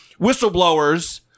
whistleblowers